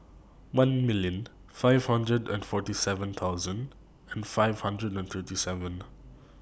one million five hundred and forty seven thousand and five hundred and thirty seven